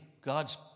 God's